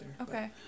Okay